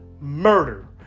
murder